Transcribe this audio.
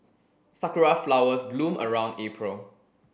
sakura flowers bloom around April